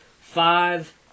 five